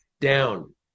down